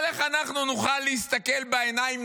אבל איך אנחנו נוכל להסתכל בעיניים,